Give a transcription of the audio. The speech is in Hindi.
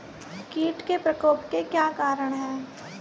कीट के प्रकोप के क्या कारण हैं?